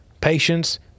patience